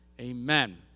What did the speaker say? Amen